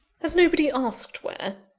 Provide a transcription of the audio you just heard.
has nobody asked where?